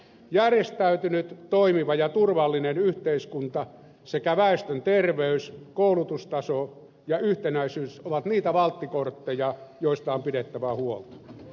järjestäytynyt toimiva ja turvallinen yhteiskunta sekä väestön terveys koulutustaso ja yhtenäisyys ovat niitä valttikortteja joista on pidettävä huolta